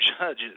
judges